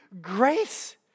grace